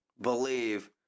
believe